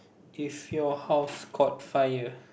if your house caught fire